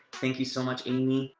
thank you so much amy